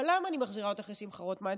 אבל למה אני מחזירה אותך לשמחה רוטמן?